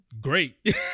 great